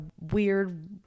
weird